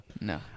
No